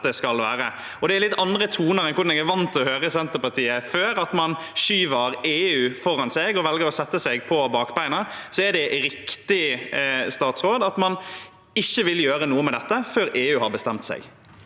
Det er litt andre toner enn dem jeg har vært vant til å høre fra Senterpartiet – man skyver EU foran seg og velger å sette seg på bakbena. Er det riktig, statsråd, at man ikke vil gjøre noe med dette før EU har bestemt seg?